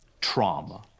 trauma